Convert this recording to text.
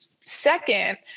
second